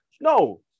No